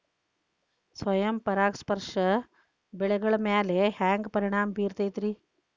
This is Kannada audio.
ಸ್ವಯಂ ಪರಾಗಸ್ಪರ್ಶ ಬೆಳೆಗಳ ಮ್ಯಾಲ ಹ್ಯಾಂಗ ಪರಿಣಾಮ ಬಿರ್ತೈತ್ರಿ?